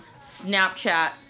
Snapchat